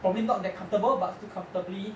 probably not that comfortable but still comfortably